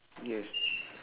yes